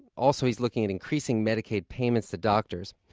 also, he's looking at increasing medicaid payments to doctors.